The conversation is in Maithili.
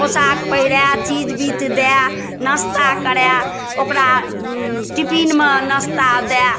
पोशाक पहिरा चीज बीज दए नास्ता करा ओकरा टिफिनमे नास्ता दऽ